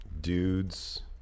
Dudes